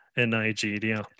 Nigeria